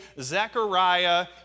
Zechariah